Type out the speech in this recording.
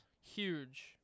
Huge